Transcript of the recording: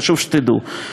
חשוב שתדעו,